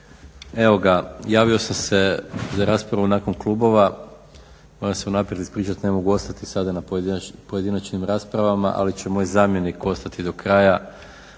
Evo ga, javio sam se za raspravu nakon klubova moram se unaprijed ispričati ne mogu ostati sada na pojedinačnim raspravama ali će moj zamjenik ostati do kraja